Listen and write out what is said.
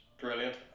brilliant